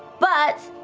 but